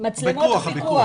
לחוק הפיקוח